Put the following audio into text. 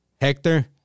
Hector